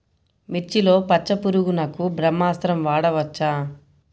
మిర్చిలో పచ్చ పురుగునకు బ్రహ్మాస్త్రం వాడవచ్చా?